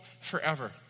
forever